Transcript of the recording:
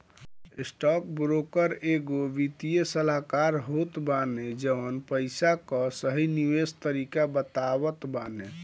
stockbroker एगो वित्तीय सलाहकार होत बाने जवन पईसा कअ सही निवेश तरीका बतावत बाने